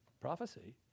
prophecy